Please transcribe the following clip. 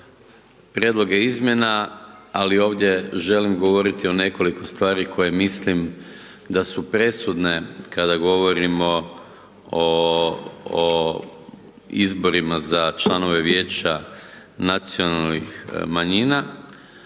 prijedloge izmjena, ali ovdje želim govoriti o nekoliko stvari koje mislim da su presudne kada govorimo o izborima za članove Vijeća Nacionalnih manjina,